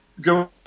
Go